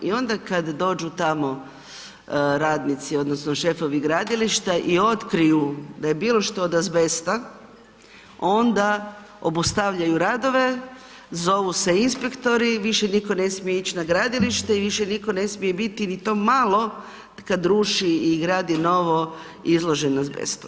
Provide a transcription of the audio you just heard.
I onda kad dođu tamo radnici odnosno šefovi gradilišta i otkriju da je bilo što od azbesta, onda obustavljaju radove, zovu se inspektori, više nitko ne smije ići na gradilište i više nitko ne smije biti ni to malo kad rupi i gradi novo izložen azbestu.